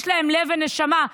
יש להם לב ונשמה,